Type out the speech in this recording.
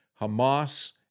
Hamas